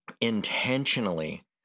intentionally